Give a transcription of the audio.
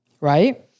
right